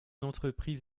entreprises